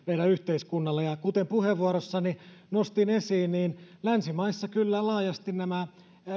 meidän yhteiskunnallemme kuten puheenvuorossani nostin esiin länsimaissa kyllä laajasti nämä